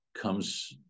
comes